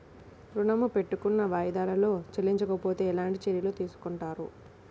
ఋణము పెట్టుకున్న వాయిదాలలో చెల్లించకపోతే ఎలాంటి చర్యలు తీసుకుంటారు?